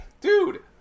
Dude